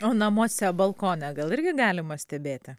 o namuose balkone gal irgi galima stebėti